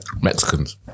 Mexicans